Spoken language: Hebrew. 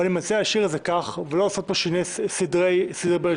ואני מציע להשאיר את זה כך ולא לעשות פה שינויים של סדרי בראשית.